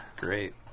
great